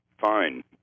fine